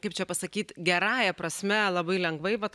kaip čia pasakyt gerąja prasme labai lengvai bet